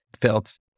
felt